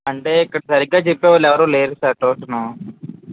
అంటే ఇక్కడ సరిగ్గా చెప్పేవాళ్ళు ఎవరూ లేరు సార్ ట్యూషన్